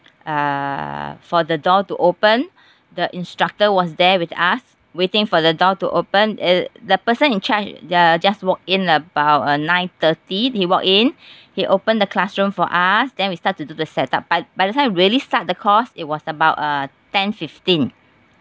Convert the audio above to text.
uh for the door to open the instructor was there with us waiting for the door to open uh the person in charge uh just walk in about uh nine thirty he walked in he opened the classroom for us then we start to do the set up by by the time really start the course it was about uh ten fifteen